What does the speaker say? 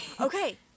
Okay